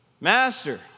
Master